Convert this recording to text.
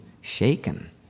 shaken